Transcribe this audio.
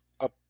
up